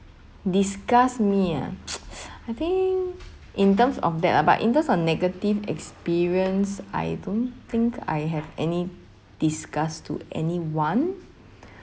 disgust me ah I think in terms of that lah but in terms of negative experience I don't think I have any disgust to anyone